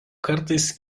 kartais